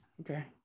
okay